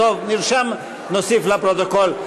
טוב, נרשם, נוסיף לפרוטוקול.